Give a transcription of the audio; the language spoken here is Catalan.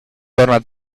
torna